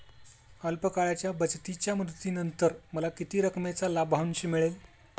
अल्प काळाच्या बचतीच्या मुदतीनंतर मला किती रकमेचा लाभांश मिळेल?